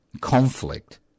conflict